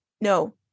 no